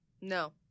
No